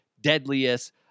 deadliest